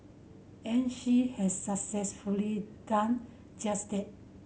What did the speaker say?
and she has successfully done just that